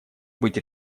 быть